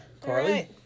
Carly